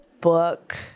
book